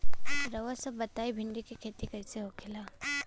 रउआ सभ बताई भिंडी क खेती कईसे होखेला?